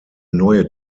neue